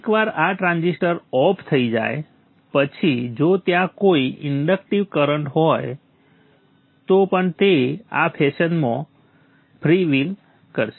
એકવાર આ transistor off થઈ જાય પછી જો ત્યાં કોઈ ઇન્ડક્ટિવ કરંટ હોય તો પણ તે આ ફેશનમાં ફ્રીવ્હીલ કરશે